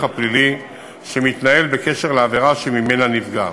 הפלילי שמתנהל בקשר לעבירה שממנה נפגע.